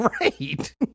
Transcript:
right